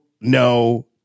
no